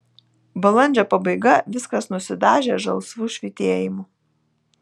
balandžio pabaiga viskas nusidažę žalsvu švytėjimu